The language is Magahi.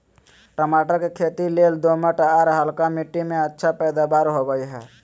टमाटर के खेती लेल दोमट, आर हल्का मिट्टी में अच्छा पैदावार होवई हई